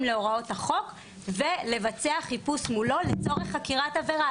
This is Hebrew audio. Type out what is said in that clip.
להוראות החוק ולבצע חיפוש מולו לצורך חקירת עבירה.